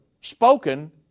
spoken